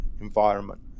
environment